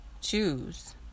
choose